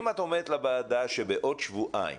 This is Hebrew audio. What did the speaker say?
אם את אומרת לוועדה, שבעוד שבועיים